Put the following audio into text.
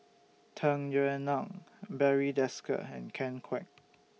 Tung Yue Nang Barry Desker and Ken Kwek